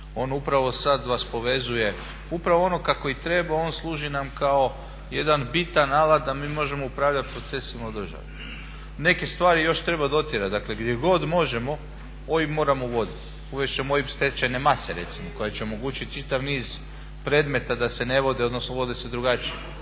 On upravo sad vas povezuje upravo ono kako treba on služi nam kao jedan bitan alat da mi možemo upravljati procesima u državi. Neke stvari još treba dotjerati. Dakle, gdje god možemo OIB moramo uvoditi. Uvest ćemo OIB stečajne mase recimo koji će omogućiti čitav niz predmeta da se ne vode, odnosno vode se drugačije.